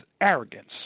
arrogance